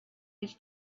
his